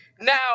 now